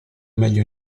meglio